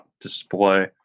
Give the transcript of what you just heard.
display